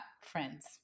friends